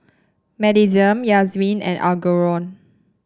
Madisyn Yazmin and Algernon